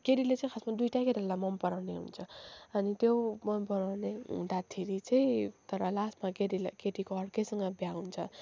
केटीले चाहिँ खासमा दुईवटै केटालाई मन पराउने हुन्छ अनि त्यो मन पराउने हुँदाखेरि चाहिँ तर लास्टमा केटीले केटीको अर्कैसँग बिहे हुन्छ